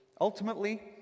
ultimately